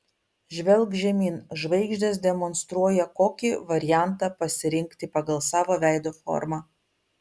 žvelk žemyn žvaigždės demonstruoja kokį variantą pasirinkti pagal savo veido formą